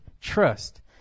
trust